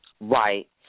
Right